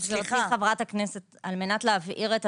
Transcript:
זו לא הייתה הכוונה של